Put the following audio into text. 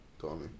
Tommy